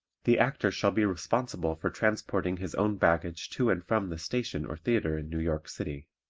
the actor shall be responsible for transporting his own baggage to and from the station or theatre in new york city.